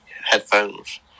headphones